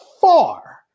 far